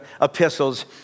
epistles